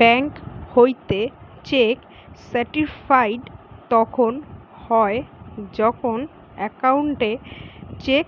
bank হইতে cheque certified তখন হয় যখন অ্যাকাউন্টে চেক